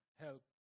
help